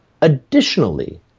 Additionally